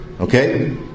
Okay